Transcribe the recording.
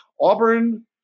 Auburn